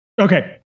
Okay